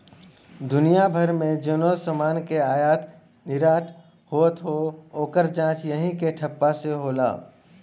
दुनिया भर मे जउनो समान के आयात निर्याट होत हौ, ओकर जांच यही के ठप्पा से होला